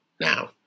now